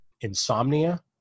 insomnia